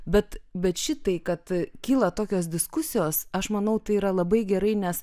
bet bet šitai kad kyla tokios diskusijos aš manau tai yra labai gerai nes